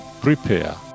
prepare